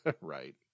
Right